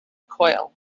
coyle